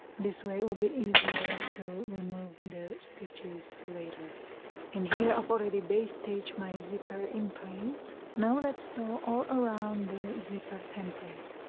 this way it will be easier to remove the stitches later and here i've already baste stitched my zipper in place now let's sew all around the zipper template